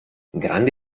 grande